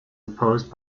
opposed